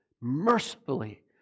mercifully